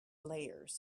layers